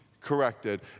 corrected